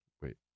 Wait